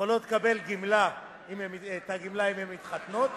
שיוכלו לקבל את הגמלה אם הן מתחתנות,